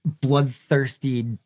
bloodthirsty